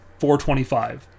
425